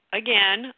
again